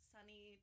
Sunny